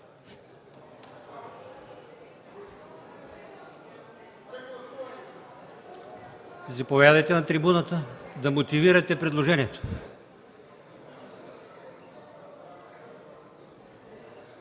Заповядайте на трибуната да мотивирате предложението.